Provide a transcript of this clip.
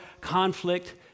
conflict